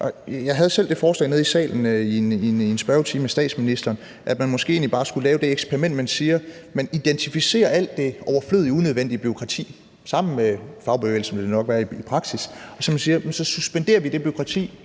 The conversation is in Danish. Jeg havde selv det forslag her i salen i en spørgetime med statsministeren, at man måske egentlig bare skulle lave det eksperiment, hvor man identificerer alt det overflødige, unødvendige bureaukrati – sammen med fagbevægelsen vil det nok være i praksis – og siger: Så suspenderer vi det bureaukrati